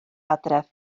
adre